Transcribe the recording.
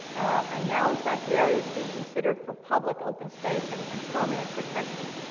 and now, in fact, the area is being considered for public open space and and permanent protection.